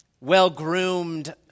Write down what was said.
well-groomed